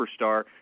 superstar